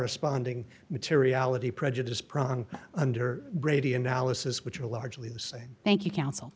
spawning materiality prejudice pronk under brady analysis which are largely the same thank you counsel